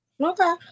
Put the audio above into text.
Okay